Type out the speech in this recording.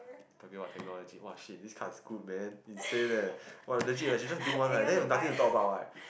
talking about technology !wah! shit this card is cool man insane eh legit I should just bring one right then nothing to talk about right